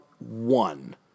one